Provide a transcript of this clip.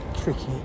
tricky